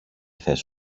θες